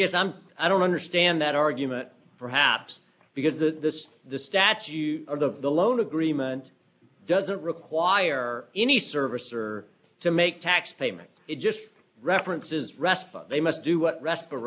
guess i'm i don't understand that argument perhaps because the the statue of the the loan agreement doesn't require any service or to make tax payments it just references rest but they must do what rest